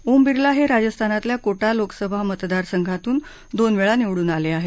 ओम बिर्ला हे राजस्थानातल्या कोटा लोकसभा मतदारसंघातून दोनवेळा निवडून आले आहेत